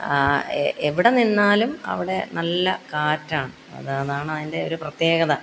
എവിടെ നിന്നാലും അവിടെ നല്ല കാറ്റാണ് അതാണതിന്റെ ഒരു പ്രത്യേകത